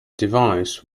device